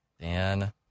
Dan